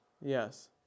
Yes